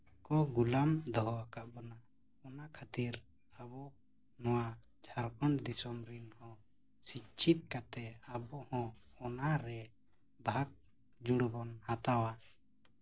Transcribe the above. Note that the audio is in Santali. ᱜᱩᱞᱟᱹᱢ ᱫᱚᱦᱚ ᱠᱟᱜ ᱵᱚᱱᱟ ᱚᱱᱟ ᱠᱷᱟᱹᱛᱤᱨ ᱟᱵᱚ ᱱᱚᱣᱟ ᱡᱷᱟᱲᱷᱚᱸᱰ ᱫᱤᱥᱚᱢ ᱨᱮᱱ ᱦᱚᱲ ᱥᱤᱠᱪᱷᱤᱫ ᱠᱟᱛᱮᱫ ᱟᱵᱚ ᱦᱚᱸ ᱚᱱᱟᱨᱮ ᱵᱷᱟᱜᱽ ᱡᱩᱲᱩ ᱵᱚᱱ ᱦᱟᱛᱟᱣᱟ